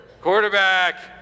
Quarterback